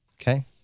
Okay